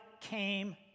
came